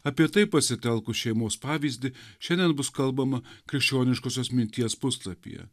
apie tai pasitelkus šeimos pavyzdį šiandien bus kalbama krikščioniškosios minties puslapyje